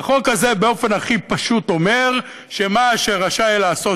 והחוק הזה באופן הכי פשוט אומר שמה שרשאי לעשות